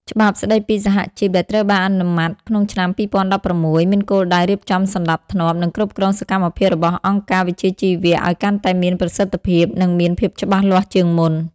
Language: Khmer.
ច្បាប់ស្តីពីសហជីពដែលត្រូវបានអនុម័តក្នុងឆ្នាំ ២០១៦ មានគោលដៅរៀបចំសណ្តាប់ធ្នាប់ និងគ្រប់គ្រងសកម្មភាពរបស់អង្គការវិជ្ជាជីវៈឱ្យកាន់តែមានប្រសិទ្ធភាព និងមានភាពច្បាស់លាស់ជាងមុន។